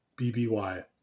BBY